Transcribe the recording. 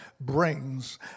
brings